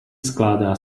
skládá